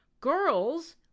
girls